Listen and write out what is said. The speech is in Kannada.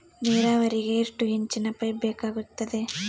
ನೇರಾವರಿಗೆ ಎಷ್ಟು ಇಂಚಿನ ಪೈಪ್ ಬೇಕಾಗುತ್ತದೆ?